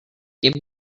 get